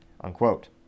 unquote